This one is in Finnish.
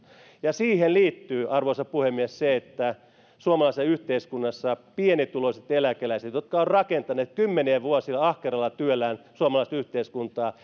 ja siihen liittyy arvoisa puhemies se että suomalaisessa yhteiskunnassa pienituloiset eläkeläiset jotka ovat rakentaneet kymmeniä vuosia ahkeralla työllään suomalaista yhteiskuntaa